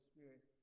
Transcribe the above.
Spirit